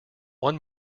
one